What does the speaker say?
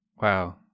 wow